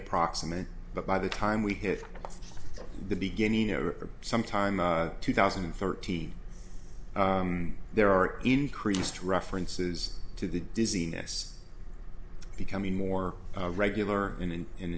approximate but by the time we hit the beginning over some time two thousand and thirteen there are increased references to the dizziness becoming more regular in an